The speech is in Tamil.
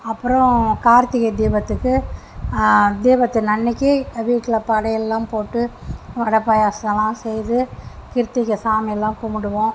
அப்புறம் கார்த்திகை தீபத்துக்கு தீபத்தின் அன்னிக்கி வீட்டில் படையல்லாம் போட்டு வடை பாயசம்லாம் செய்து கிருத்திகை சாமிலாம் கும்பிடுவோம்